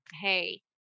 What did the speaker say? Hey